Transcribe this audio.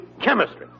chemistry